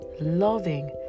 loving